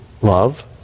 love